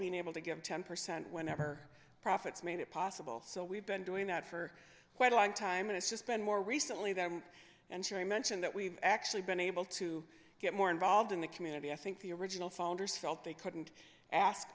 being able to give ten percent whenever profits made it possible so we've been doing that for quite a long time and it's just been more recently them and sherry mentioned that we've actually been able to get more involved in the community i think the original founders felt they couldn't ask